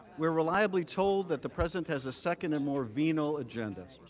we are reliably told that the president has a second and more venal agenda.